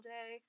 day